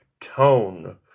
tone